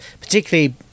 particularly